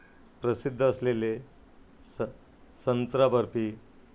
प्रसिद्ध असलेले स संत्राबर्फी